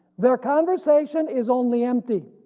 their conversation is only empty,